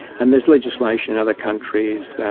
and there's legislation in other countries,